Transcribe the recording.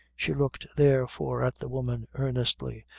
she looked, therefore, at the woman earnestly,